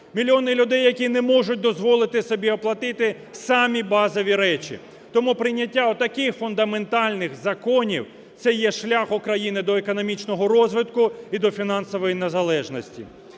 мільйони людей, які не можуть дозволити собі оплатити самі базові речі. Тому прийняття отаких фундаментальних законів – це є шлях України до економічного розвитку і до фінансової незалежності.